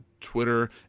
Twitter